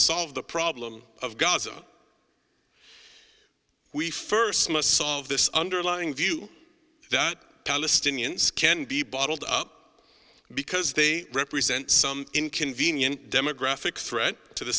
solve the problem of gaza we first must solve this underlying view that palestinians can be bottled up because they represent some inconvenient demographic threat to the